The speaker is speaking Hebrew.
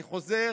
אני חוזר,